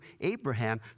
Abraham